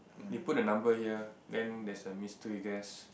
they put a number here then there's a mystery guess